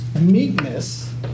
meekness